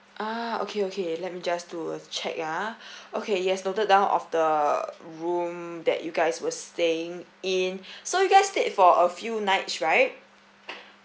ah okay okay let me just do a check ah okay yes noted down of the room that you guys were staying in so you guys stayed for a few nights right